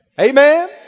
Amen